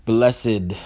Blessed